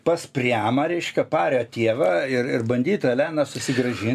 pas priamą reiškia pario tėvą ir ir bandyta eleną susigrąžin